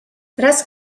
raz